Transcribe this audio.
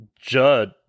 Judd